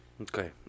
Okay